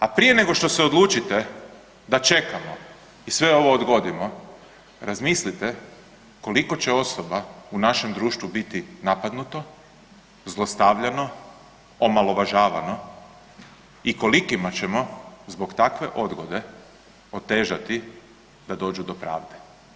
A prije nego što se odlučite da čekamo i sve ovo odgodimo razmislite koliko će osoba u našem društvu biti napadnuto, zlostavljano, omalovažavano i kolikima ćemo zbog takve odgode otežati da dođu do pravde.